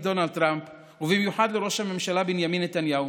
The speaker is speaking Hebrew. דונלד טראמפ ובמיוחד לראש הממשלה בנימין נתניהו,